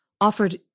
offered